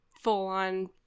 full-on